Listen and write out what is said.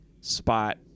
spot